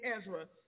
Ezra